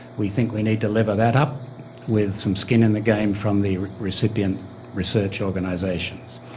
we think we need to lever that up with some skin in the game from the recipient research organisations.